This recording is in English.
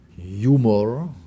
humor